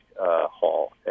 Hall